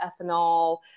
ethanol